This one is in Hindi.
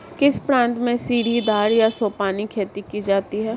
किस प्रांत में सीढ़ीदार या सोपानी खेती की जाती है?